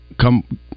come